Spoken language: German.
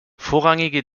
vorrangige